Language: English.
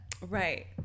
Right